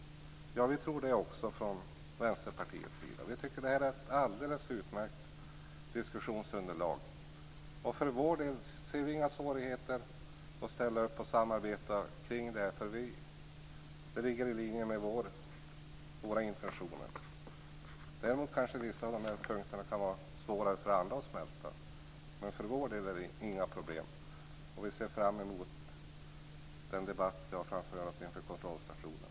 Ja, vi tror det också från Vänsterpartiets sida. Vi tycker att detta är ett alldeles utmärkt diskussionsunderlag. För vår del ser vi inga svårigheter att ställa upp och samarbeta kring det. Det ligger i linje med våra intentioner. Däremot kanske vissa av de här punkterna kan vara svåra att smälta för andra. Men för vår del är det inga problem. Vi ser fram emot den debatt vi har framför oss inför kontrollstationen.